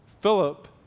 Philip